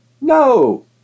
No